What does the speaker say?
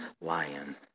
lion